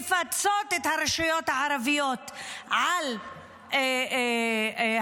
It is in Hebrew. לפיצוי הרשויות הערביות על האפליה